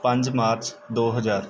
ਪੰਜ ਮਾਰਚ ਦੋ ਹਜ਼ਾਰ